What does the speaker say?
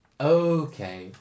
Okay